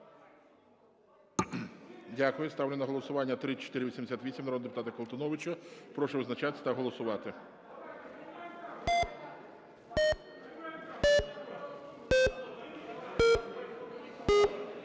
Дякую. Ставлю на голосування 3527 народного депутата Скорика. Прошу визначатися та голосувати.